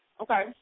Okay